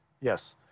yes